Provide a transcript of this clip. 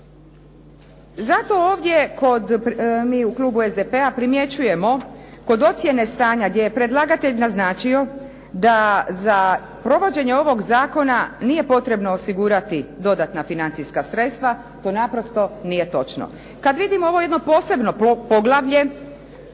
Zato ovdje kod, mi u klubu SDP-a primjećujemo kod ocjene stanja gdje je predlagatelj naznačio da za provođenje ovog zakona nije potrebno osigurati dodatna financijska sredstva, to naprosto nije točno. Kada vidimo ovo jedno posebno poglavlje